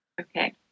Okay